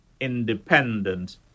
independent